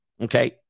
Okay